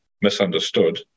misunderstood